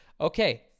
Okay